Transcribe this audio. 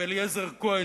ואליעזר כהן,